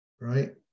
right